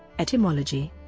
etymology